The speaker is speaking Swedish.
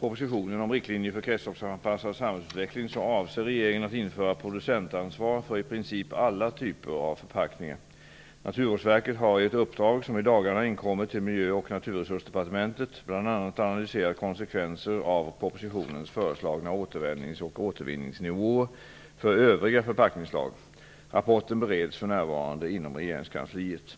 propositionen om riktlinjer för en kretsloppsanpassad sarnhällsutveckling avser regeringen att införa producentansvar för i princip alIa typer av förpackningar. Naturvårdsverket har i ett uppdrag, som i dagarna inkommit tiII Miljö och naturresursdepartementet, bl.a. analyserat konsekvenser av propositionens föreslagna återanvändnings och återvinningsnivåer för övriga förpackningsslag. Rapporten bereds för närvarande inom regeringskansliet.